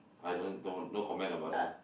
I don't don't no comment about that lah